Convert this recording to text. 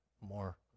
more